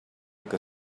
que